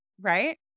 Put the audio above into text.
Right